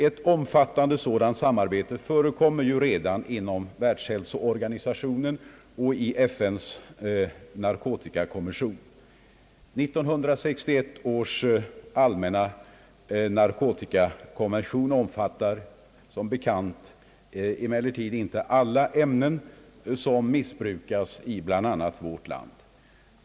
Ett omfattande sådant förekommer redan inom världshälsoorganisationen och i FN:s narkotikakommission. 1961 års allmänna narkotikakonvention omfattar som bekant inte alla preparat som missbrukas i bl.a. vårt land.